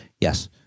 Yes